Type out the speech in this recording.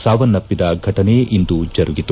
ಸಾವನ್ನಪ್ಪಿದ ಫಟನೆ ಇಂದು ಜರುಗಿದೆ